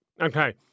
Okay